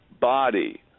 body